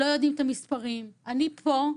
"לא יודעים את המספרים" אני פה,